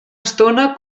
estona